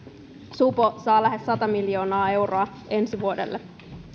supo saavat lähes sata miljoonaa euroa ensi vuodelle